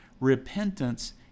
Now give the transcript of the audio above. Repentance